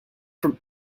from